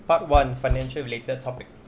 part one financial related topic